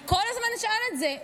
אני כל הזמן אשאל את זה.